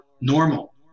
normal